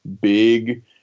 big